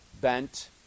bent